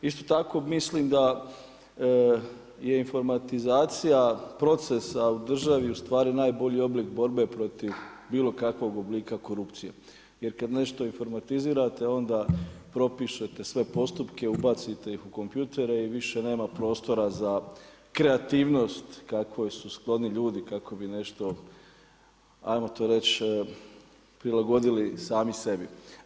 Isto tako mislim da je informatizacija proces a u državi ustvari najbolji oblik borbe protiv bilo kakvog oblika korupcije jer kad nešto informatizirate onda propišete sve postupke, ubacite u kompjutere i više nema prostora za kreativnost kakvoj su skloni ljudi kako bi nešto, ajmo to reći, prilagodili sami sebi.